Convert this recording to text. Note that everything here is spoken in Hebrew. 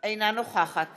אינה נוכחת